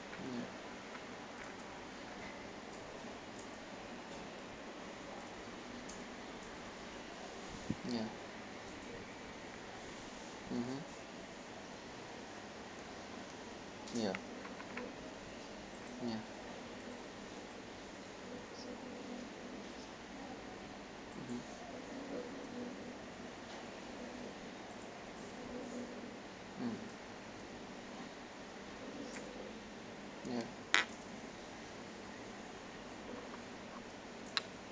mm ya mmhmm ya ya mmhmm mm ya